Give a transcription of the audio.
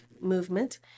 movement